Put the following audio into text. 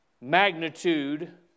magnitude